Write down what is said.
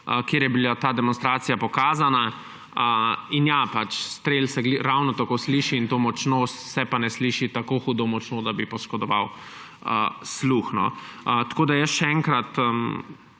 kjer je bila ta demonstracija pokazana in strel se ravno tako sliši, in to močno, se pa ne sliši tako hudo močno, da bi poškodoval sluh. Tako da jaz še enkrat